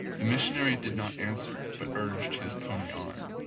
the missionary did not answer, but urged his pony on.